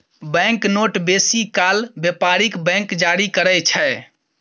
bank note बेसी काल बेपारिक बैंक जारी करय छै